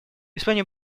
испания